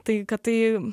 tai kad tai